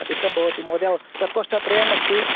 अधिकं भवति महोदय प्रकोष्ठत्रयमस्ति